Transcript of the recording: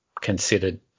considered